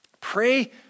Pray